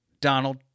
Donald